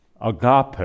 Agape